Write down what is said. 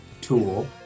tool